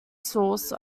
source